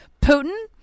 Putin